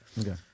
Okay